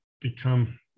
become